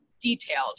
detailed